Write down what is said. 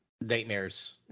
nightmares